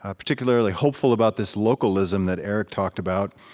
ah particularly hopeful about this localism that erick talked about.